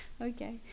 okay